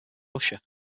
russia